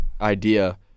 idea